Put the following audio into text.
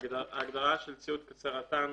היום, "ציוד קצה רט"ן"